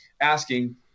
asking